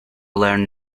learn